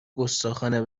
گستاخانه